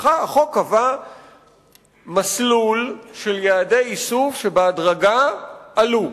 החוק קבע מסלול של יעדי איסוף, שבהדרגה עלו.